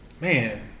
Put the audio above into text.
Man